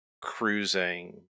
cruising